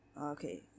Okay